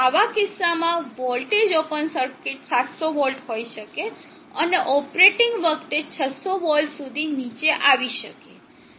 આવા કિસ્સામાં voltage open circuit 700 volt હોઈ શકે છે અને ઓપરેટિંગ વખતે તે 600 વોલ્ટ સુધી નીચે આવી શકે છે